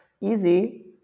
easy